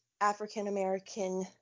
African-American